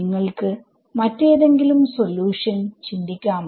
നിങ്ങൾക്ക് മറ്റേതെങ്കിലും സൊല്യൂഷൻ ചിന്തിക്കാമോ